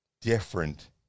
different